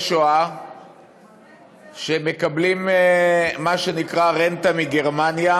שואה שמקבלים מה שנקרא רנטה מגרמניה,